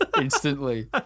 instantly